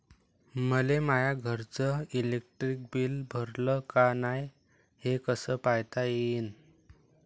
मले माया घरचं इलेक्ट्रिक बिल भरलं का नाय, हे कस पायता येईन?